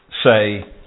say